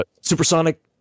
Supersonic